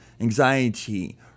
anxiety